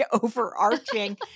overarching